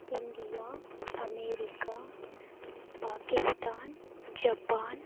India America Pakistan Japan